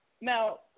Now